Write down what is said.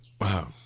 Wow